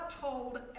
told